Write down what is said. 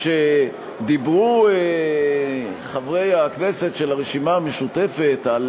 כשדיברו חברי הכנסת של הרשימה המשותפת על